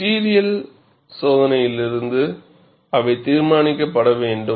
material சோதனையிலிருந்து அவை தீர்மானிக்கப்பட வேண்டும்